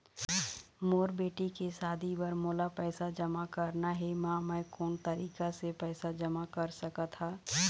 मोर बेटी के शादी बर मोला पैसा जमा करना हे, म मैं कोन तरीका से पैसा जमा कर सकत ह?